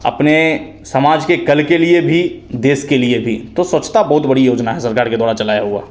अपने समाज के कल के लिए भी देश के लिए भी तो स्वच्छता बहुत बड़ी योजना है सरकार के द्वारा चलाया हुआ